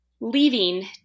leaving